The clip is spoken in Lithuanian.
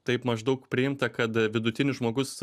taip maždaug priimta kad vidutinis žmogus